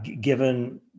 given